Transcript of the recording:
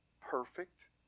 perfect